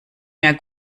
mehr